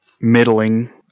middling